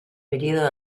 periodo